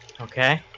Okay